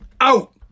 out